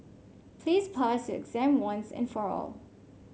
please pass your exam once and for all